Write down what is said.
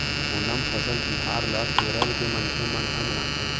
ओनम फसल तिहार ल केरल के मनखे मन ह मनाथे